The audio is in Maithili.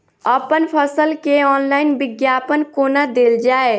अप्पन फसल केँ ऑनलाइन विज्ञापन कोना देल जाए?